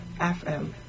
FM